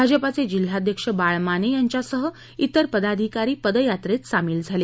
भाजपचे जिल्हाध्यक्ष बाळ माने यांच्यासह त्रेर पदाधिकारी पदयात्रेत सामील झाले